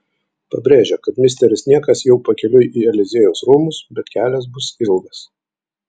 pabrėžia kad misteris niekas jau pakeliui į eliziejaus rūmus bet kelias bus ilgas